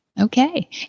Okay